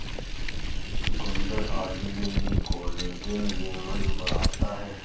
चुकुन्दर आदि collagen level बढ़ाता है